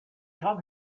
come